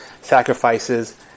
sacrifices